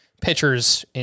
pitchers